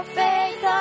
faith